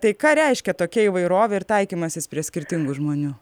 tai ką reiškia tokia įvairovė ir taikymasis prie skirtingų žmonių